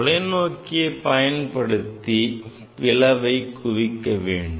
தொலைநோக்கியை பயன்படுத்தி பிளவை குவிக்க வேண்டும்